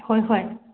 ꯍꯣꯏ ꯍꯣꯏ